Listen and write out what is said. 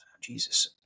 Jesus